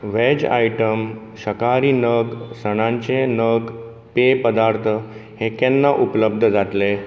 veg item शाकाहारी नग सणांचे नग पेय पदार्थ हे केन्ना उपलब्ध जातले